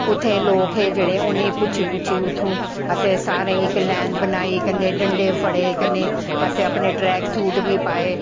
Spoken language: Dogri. उत्थें लोग हे जेह्ड़े उनेंगी पुच्छी पुच्छी उत्थूं असैं सारें इक लैन बनाई कन्नैं डंडे फड़े कन्नैं असैं अपनें टॅैक सूट बी पाए